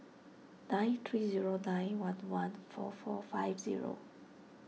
nine three zero nine one one four four five zero